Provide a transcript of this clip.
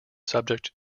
subject